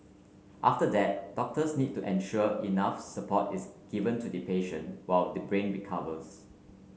after that doctors need to ensure enough support is given to the patient while the brain recovers